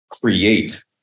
create